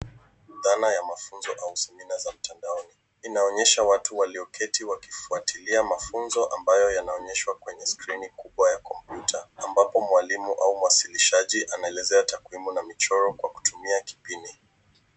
Tana ya mafunzo au semina za mtandaoni inaonyesha watu walio keti wakifuatia mafunzo ambayo inaonyasha kwenye skrini kubwa ya computer ambapo mwalimu au mwanzilishaji anaelesea takwimu au michoro Kwa kutumia kipini